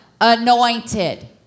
Anointed